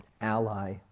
ally